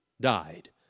died